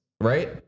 right